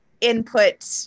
input